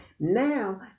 Now